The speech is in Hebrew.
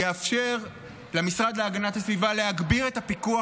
יאפשר למשרד להגנת הסביבה להגביר את הפיקוח